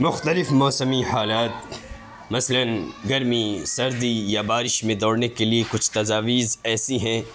مختلف موسمی حالات مثلاً گرمی سردی یا بارش میں دوڑنے کے لیے کچھ تجاویز ایسی ہیں